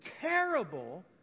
terrible